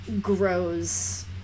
grows